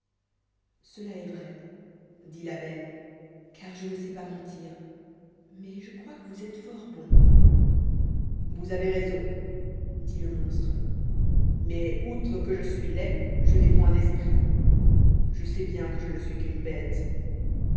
cela est vrai dit la belle car je ne sais pas mentir mais je crois que vous êtes fort bon vous avez raison dit le monstre mais outre que je suis laid je n'ai point d'esprit je sais bien que je ne suis qu'une bête